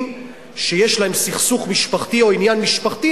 שיש להם סכסוך משפחתי או עניין משפחתי,